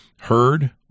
heard